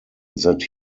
that